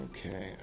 Okay